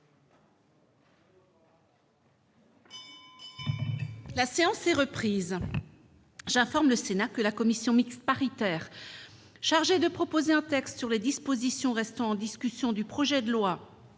La séance est reprise. J'informe le Sénat que la commission mixte paritaire chargée de proposer un texte sur les dispositions restant en discussion du projet de loi